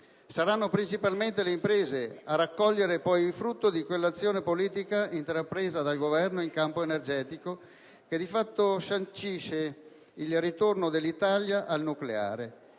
Saranno principalmente le imprese a raccogliere poi i frutti di quella azione politica intrapresa dal Governo in campo energetico che, di fatto, sancisce il ritorno dell'Italia al nucleare,